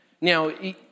Now